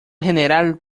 general